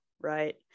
Right